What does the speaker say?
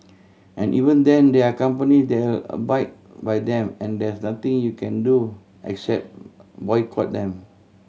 and even then there are company that by by them and there's nothing you can do except boycott them